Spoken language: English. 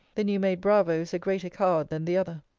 the new-made bravo is a greater coward than the other.